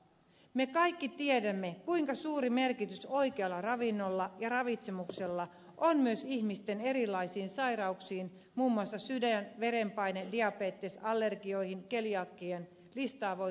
me kaikki tiedämme kuinka suuri vaikutus oikealla ravinnolla ja ravitsemuksella on myös ihmisten erilaisiin sairauksiin muun muassa sydäntauteihin verenpaineeseen diabetekseen allergioihin keliakiaan listaa voisi jatkaa